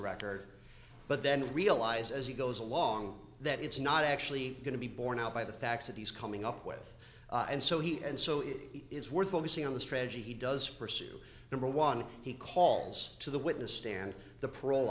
record but then realize as he goes along that it's not actually going to be borne out by the facts that he's coming up with and so he and so it is worth focusing on the strategy he does pursue number one he calls to the witness stand the parole